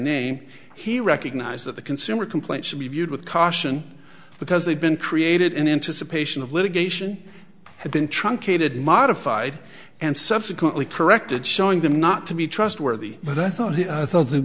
name he recognized that the consumer complaints should be viewed with caution because they've been created in anticipation of litigation have been truncated modified and subsequently corrected showing them not to be trustworthy but i thought he t